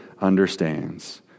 understands